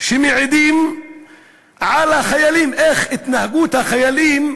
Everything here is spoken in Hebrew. שמעידים על החיילים, על התנהגות החיילים